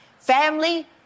family